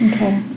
Okay